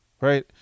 Right